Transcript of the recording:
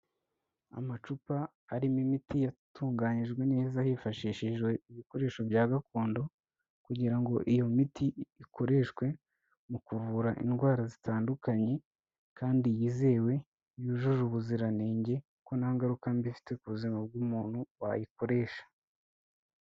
Amacupa arimo imiti yatunganyijwe neza hifashishijwe ibikoresho bya gakondo kugira ngo iyo miti ikoreshwe mu kuvura indwara zitandukanye kandi yizewe, yujuje ubuziranenge kuko nta ngaruka mbi ifite ku buzima bw'umuntu wayikoresha.